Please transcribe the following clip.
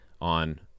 on